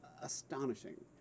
astonishing